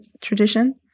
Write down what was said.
tradition